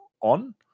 on